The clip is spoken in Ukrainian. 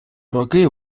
роки